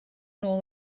nôl